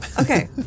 okay